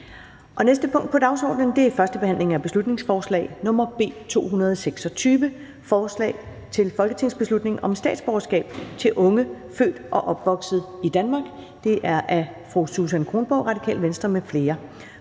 Det næste punkt på dagsordenen er: 4) 1. behandling af beslutningsforslag nr. B 226: Forslag til folketingsbeslutning om statsborgerskab til unge født og opvokset i Danmark. Af Susan Kronborg (RV) m.fl.